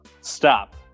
stop